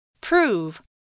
Prove